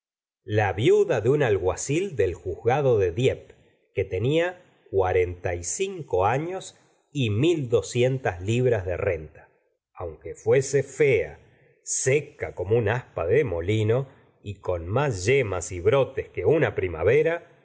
la viuda de un alguacil del juzgado de dieppe que tenía cuarenta y cinco anos y mil doscientas libras de renta aunque fuese fea seca como un aspa de molino y con mas yemas y brotes que una primavera